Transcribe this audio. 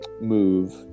move